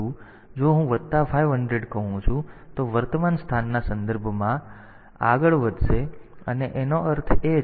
તેથી જો હું વત્તા 500 કહું છું તેથી વર્તમાન સ્થાનના સંદર્ભમાં તમે 500 સ્થાનોથી આગળ વધો